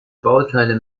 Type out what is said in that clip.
bauteile